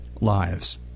lives